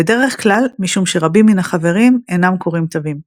בדרך כלל משום שרבים מן החברים אינם קוראים תווים.